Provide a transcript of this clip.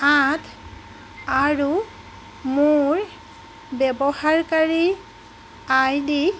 আঠ আৰু মোৰ ব্যৱহাৰকাৰী আইডি